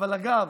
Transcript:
אגב,